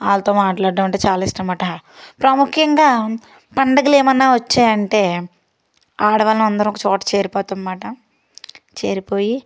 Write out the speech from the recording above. వాళ్ళతో మాట్లాడటం అంటే చాలా ఇష్టం అట ప్రాముఖ్యంగా పండుగలు ఏమైనా వచ్చాయంటే ఆడ వాళ్ళందరు ఒక చోట చేరిపోతాం అన్నమాట చేరిపోయి